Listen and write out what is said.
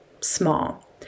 small